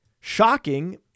shocking